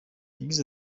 yagize